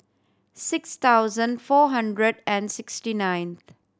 six thousand four hundred and sixty ninth